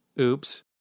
Oops